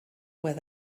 where